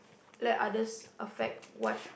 let others affect what